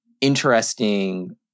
interesting